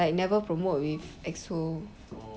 like never promote with exo